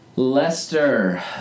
Lester